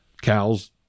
Cows